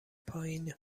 پایینه